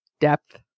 depth